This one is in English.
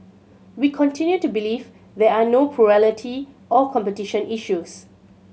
we continue to believe there are no plurality or competition issues